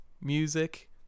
music